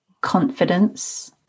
confidence